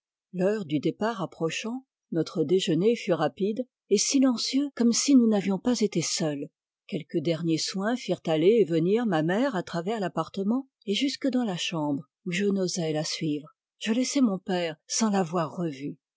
l'heure du départ approchant notre déjeuner fut rapide et silencieux comme si nous n avions pas été seuls quelques derniers soins firent aller et venir ma mère à travers l'appartement et jusque dans la chambre où je n'osai la suivre je laissai mon père sans l'avoir revu